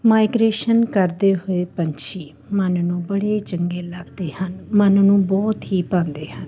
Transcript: migration ਕਰਦੇ ਹੋਏ ਪੰਛੀ ਮਨ ਨੂੰ ਬੜੇ ਚੰਗੇ ਲੱਗਦੇ ਹਨ ਮਨ ਨੂੰ ਬਹੁਤ ਹੀ ਭਾਉਂਦੇ ਹਨ